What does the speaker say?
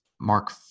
Mark